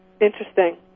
Interesting